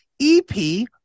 EP